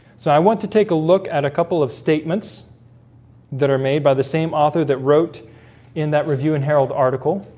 so i want to take a look at a couple of statements that are made by the same author that wrote in that review and herald article